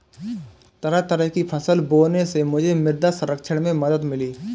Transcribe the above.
तरह तरह की फसल बोने से मुझे मृदा संरक्षण में मदद मिली